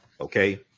okay